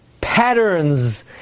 patterns